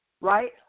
right